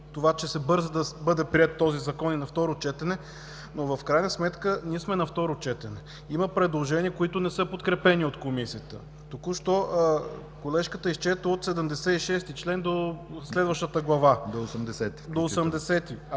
това, че се бърза да бъде приет този Закон и на второ четене, но в крайна сметка ние сме на второ четене, има предложения, които не са подкрепени от Комисията. Току-що колежката изчете от чл. 76 до следващата глава, до чл.